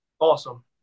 awesome